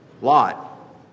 Lot